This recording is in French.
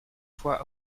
fois